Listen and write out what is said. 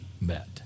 met